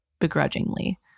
begrudgingly